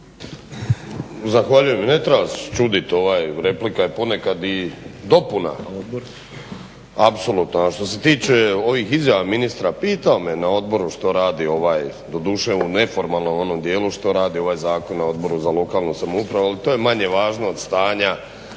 Zahvaljujem. Ne treba nas čuditi ovaj replika je ponekad i dopuna apsolutno. A što se tiče ovih izjava ministra. Pitao me na odboru što radi doduše u neformalnom onom djelu što radi ovaj zakon na Odboru za lokalnu samoupravu al to je manje važno od stanja